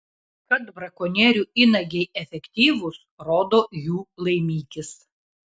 kad brakonierių įnagiai efektyvūs rodo jų laimikis